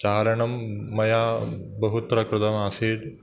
चारणं मया बहुत्र कृतमासीत्